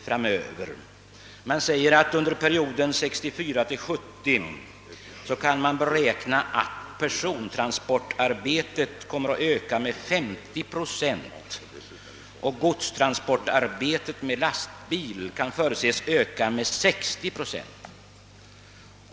Under perioden 1964—1970 beräknas persontransportarbetet öka med 50 procent och godstransportarbetet med lastbil med 60 procent.